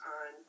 on